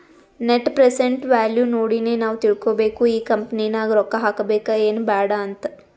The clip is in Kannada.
ನೆಟ್ ಪ್ರೆಸೆಂಟ್ ವ್ಯಾಲೂ ನೋಡಿನೆ ನಾವ್ ತಿಳ್ಕೋಬೇಕು ಈ ಕಂಪನಿ ನಾಗ್ ರೊಕ್ಕಾ ಹಾಕಬೇಕ ಎನ್ ಬ್ಯಾಡ್ ಅಂತ್